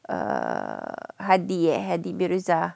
err hady eh hady mirza